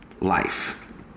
life